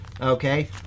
okay